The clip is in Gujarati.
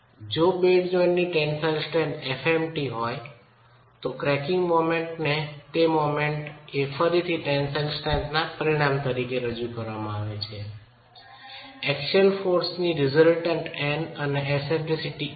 જો બેડ જોઇન્ટની ટેન્સાઈલ સ્ટ્રેન્થ fmt હોય તો ક્રેકીંગ મોમેન્ટને તે મોમેન્ટ એ ફરીથી ટેન્સાઈલ સ્ટ્રેન્થના પરિણામ તરીકે રજૂ કરવામાં આવે છે એક્સિયલ બળ પરિણામી N અને એસેન્ડરીસિટી e છે